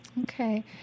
Okay